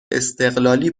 استقلالی